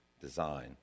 design